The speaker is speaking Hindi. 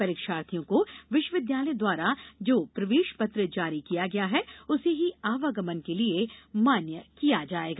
परीक्षार्थियों को विश्वविद्यालय द्वारा जो प्रवेशपत्र जारी किया गया है उसे ही आवगमन के लिये मान्य किया जाएगा